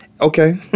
Okay